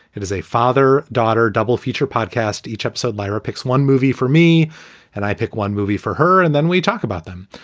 how does a father daughter double feature podcast? each episode, lara picks one movie for me and i pick one movie for her and then we talk about them.